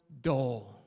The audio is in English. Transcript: dull